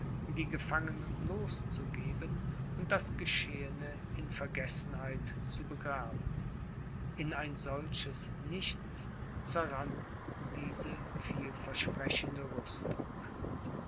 die gefangenen loszugeben und das geschehene in vergessenheit zu begraben in ein solches nichts zerrann diese vielversprechende rüstung